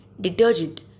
detergent